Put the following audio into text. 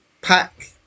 pack